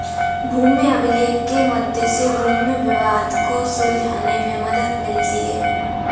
भूमि अभिलेख के मध्य से भूमि विवाद को सुलझाने में मदद मिलती है